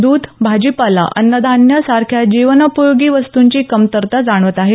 दूध भाजीपाला अन्नधान्य सारख्या जीवनपयोगी वस्तुंची कमतरता जाणवत आहे